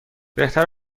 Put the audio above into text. بهتر